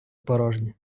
порожня